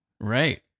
right